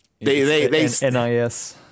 NIS